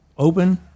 Open